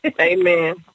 Amen